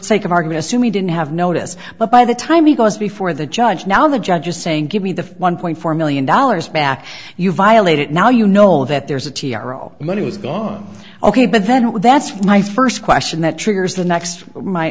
sake of argument assume he didn't have notice but by the time he goes before the judge now the judge is saying give me the one point four million dollars back you violate it now you know that there's a t r o money was gone ok but then that's my first question that triggers the next m